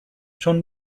چون